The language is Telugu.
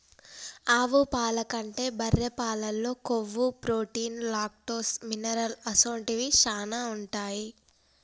ఆవు పాల కంటే బర్రె పాలల్లో కొవ్వు, ప్రోటీన్, లాక్టోస్, మినరల్ అసొంటివి శానా ఉంటాయి